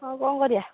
ଆଉ କ'ଣ କରିବା